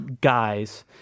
guys